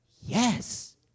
Yes